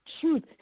truth